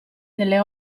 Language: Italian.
delle